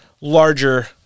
larger